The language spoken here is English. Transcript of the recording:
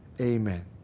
Amen